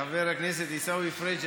חבר הכנסת עיסאווי פריג',